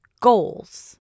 goals